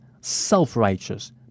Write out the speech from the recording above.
self-righteous